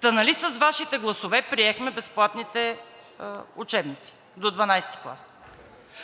Та нали с Вашите гласове приехме безплатните учебници до 12 клас?